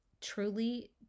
truly